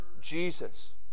Jesus